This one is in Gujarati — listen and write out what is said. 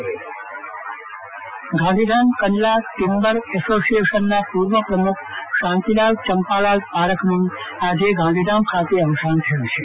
ચંદ્રવદન પદ્ટણી અવસાન ગાંધીધામ કંડલા ટીમ્બર એસોસીએશનના પૂર્વ પ્રમુખ શાંતિલાલ ચંપાલાલ પારેખનું આજે ગાંધીધામ ખાતે અવસાન થયું છે